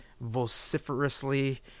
vociferously